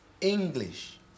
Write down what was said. English